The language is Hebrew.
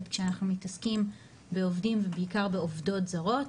כשאנחנו מתעסקים בעובדים ובעיקר בעובדות זרות,